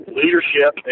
leadership